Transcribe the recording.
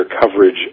coverage